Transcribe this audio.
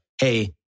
hey